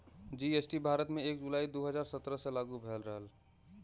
GST Bharat में एक जुलाई दू हजार सत्रह से लागू भयल रहल